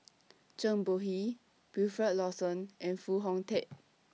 Zhang Bohe Wilfed Lawson and Foo Hong Tatt